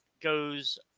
goes